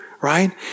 right